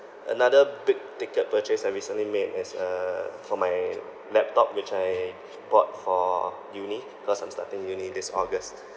another big ticket purchase I recently made is uh for my laptop which I bought for uni cause I'm starting uni this august